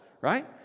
Right